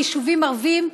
ליישובים ערביים,